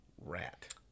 Rat